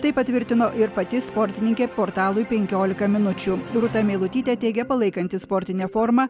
tai patvirtino ir pati sportininkė portalui penkiolika minučių rūta meilutytė teigė palaikanti sportinę formą